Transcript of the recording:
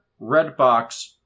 Redbox